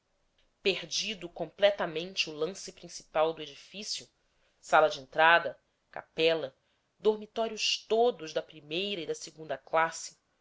perdido completamente o lance principal do edifício sala de entrada capela dormitórios todos da primeira e da segunda classes